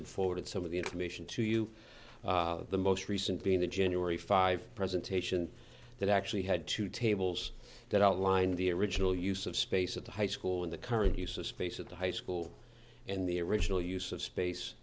and forwarded some of the information to you the most recent being the january five presentation that actually had two tables that outlined the original use of space at the high school in the current use of space at the high school and the original use of space